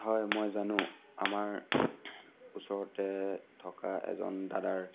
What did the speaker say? হয় মই জানো আমাৰ ওচৰতে থকা এজন দাদাৰ